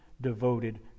devoted